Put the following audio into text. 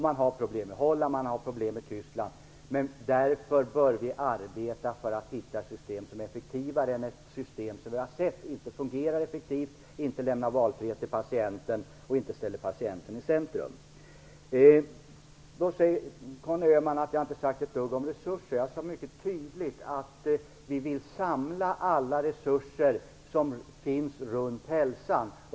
Man har problem i Holland och i Tyskland. Därför bör vi arbeta för att hitta system som är effektivare än ett system som vi har sett inte fungerar effektivt, inte lämnar valfrihet till patienten och inte ställer patienten i centrum. Conny Öhman säger att jag inte har sagt ett dugg om resurser. Jag sade mycket tydligt att vi moderater vill samla alla resurser som finns runt hälsan.